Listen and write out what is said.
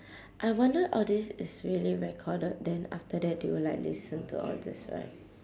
I wonder all these is really recorded then after that they will like listen to all this right